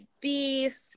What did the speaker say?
beef